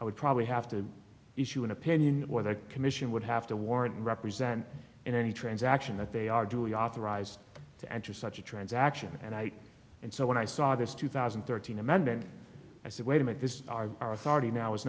i would probably have to issue an opinion or the commission would have to warrant represent in any transaction that they are doing authorized to enter such a transaction and i and so when i saw this two thousand and thirteen amendment i said wait a minute this